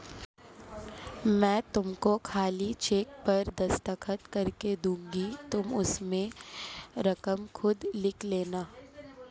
मैं तुमको खाली चेक पर दस्तखत करके दूँगी तुम उसमें रकम खुद लिख लेना